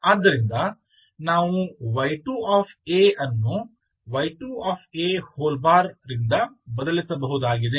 ಆದ್ದರಿಂದ ನಾವು y2 a ಅನ್ನು y2 a ರಿಂದ ಬದಲಿಸಬಹುದಾಗಿದೆ